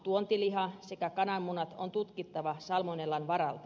tuontiliha sekä kananmunat on tutkittava salmonellan varalta